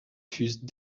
fussent